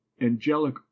angelic